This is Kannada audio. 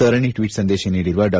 ಸರಣಿ ಟ್ವೀಟ್ ಸಂದೇಶ ನೀಡಿರುವ ಡಾ